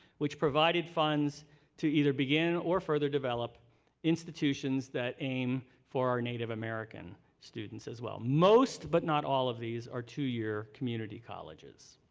which provided funds to either begin or further develop institutions that aim for our native-american students as well. most but not all of these are two-year community colleges.